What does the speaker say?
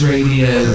Radio